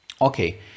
Okay